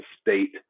state